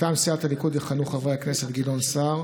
מטעם סיעת הליכוד יכהנו חברי הכנסת גדעון סער,